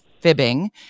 fibbing